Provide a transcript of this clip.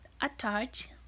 attach